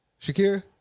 Shakira